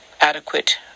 adequate